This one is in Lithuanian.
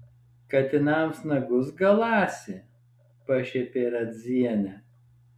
katinams nagus galąsi pašiepė radzienę